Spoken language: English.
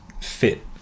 fit